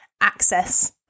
access